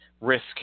risk